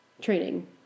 training